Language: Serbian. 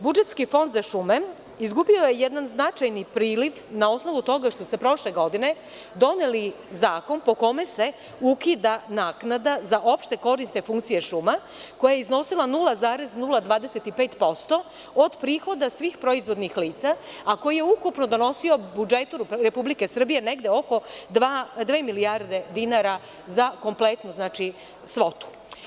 Budžetski fond za šume izgubio je jedan značajni priliv na osnovu toga što ste prošle godine doneli zakon po kome se ukida naknada za opšte korisne funkcije šuma, koja je iznosila 0,025% od prihoda svih proizvodnih lica, a koji je ukupno iznosio u budžetu Republike Srbije oko dve milijarde dinara za kompletnu svotu.